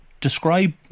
describe